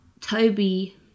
Toby